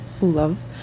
love